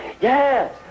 yes